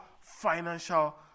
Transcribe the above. financial